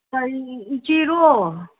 ꯏꯆꯦꯔꯣ